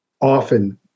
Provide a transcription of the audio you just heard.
often